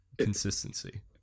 Consistency